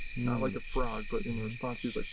not like a frog. but in